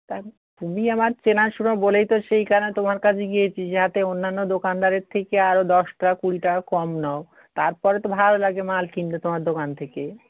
তাহলে তুমি আমার চেনাশোনা বলেই তো সেই কারণে তোমার কাছে গিয়েছি যাতে অন্যান্য দোকানদারের থেকে আরও দশ টাকা কুড়ি টাকা কম নাও তারপরে তো ভালো লাগে মাল কিনতে তোমার দোকান থেকে